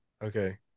Okay